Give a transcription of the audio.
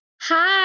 Hi